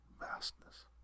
vastness